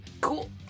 cool